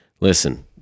listen